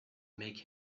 make